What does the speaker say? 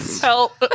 Help